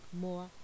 more